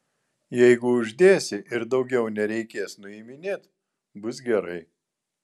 jeigu uždėsi ir daugiau nereikės nuiminėt bus gerai